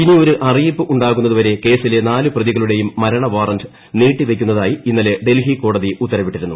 ഇനിയൊരു അറിയിപ്പ് ഉണ്ടാകുന്നതുവരെ കേസിലെ നാല് പ്രതികളുടെയും മരണവാറന്റ് നീട്ടി വയ്ക്കുന്നതായി ഇന്നലെ ഡൽഹി കോടതി ഉത്തരവിട്ടിരുന്നു